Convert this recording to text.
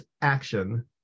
action